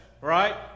right